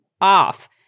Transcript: off